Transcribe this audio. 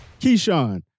Keyshawn